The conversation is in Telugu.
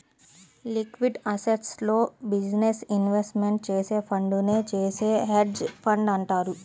లిక్విడ్ అసెట్స్లో బిజినెస్ ఇన్వెస్ట్మెంట్ చేసే ఫండునే చేసే హెడ్జ్ ఫండ్ అంటారు